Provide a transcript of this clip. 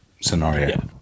scenario